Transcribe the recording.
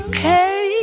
Okay